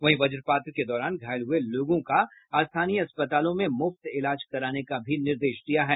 वहीं वज्रपात के दौरान घायल हुये लोगों का स्थानीय अस्पतालों में मुफ्त इलाज कराने का भी निर्देश दिया है